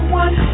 one